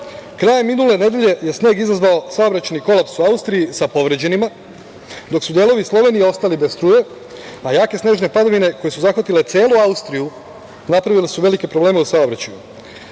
krajem minule nedelje je sneg izazvao saobraćajni kolaps u Austriji sa povređenima, dok su delovi Slovenije ostali bez struje, a jake snežne padavine koje su zahvatile celu Austriju napravile su velike probleme u saobraćaju.